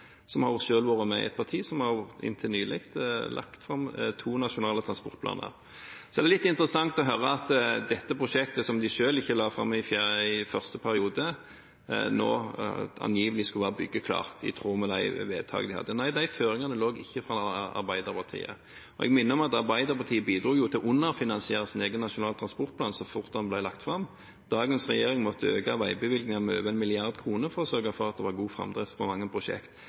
som selv har vært med i et parti som, inntil nylig, har lagt fram to nasjonale transportplaner. Så er det litt interessant å høre at dette prosjektet, som de selv ikke la fram i første periode, nå angivelig skulle være byggeklart i tråd med de vedtak vi hadde. Nei, de føringene lå ikke der fra Arbeiderpartiet, og jeg minner om at Arbeiderpartiet bidro til å underfinansiere sin egen nasjonale transportplan så fort den ble lagt fram. Dagens regjering måtte øke veibevilgningene med over 1 mrd. kr for å sørge for at det var god framdrift på mange